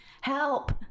Help